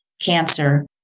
cancer